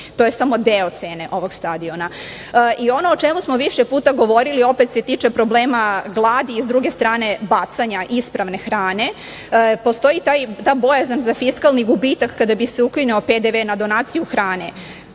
To je samo deo cene ovog stadiona. Ono o čemu smo više puta govorili, opet se tiče problema gladi, s druge strane bacanja ispravne hrane. Postoji ta bojazan za fiskalni gubitak kada bi se ukinuo PDV na donaciju hrane.